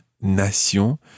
nation